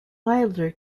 milder